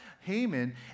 Haman